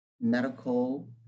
medical